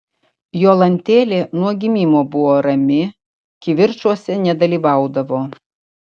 jolantėlė nuo gimimo buvo rami kivirčuose nedalyvaudavo